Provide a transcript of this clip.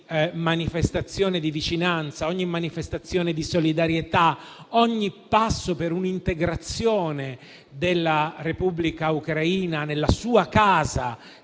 ogni manifestazione di vicinanza, ogni manifestazione di solidarietà e ogni passo per un'integrazione della Repubblica ucraina nella sua casa,